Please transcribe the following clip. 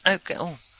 Okay